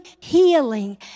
healing